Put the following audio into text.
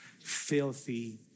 Filthy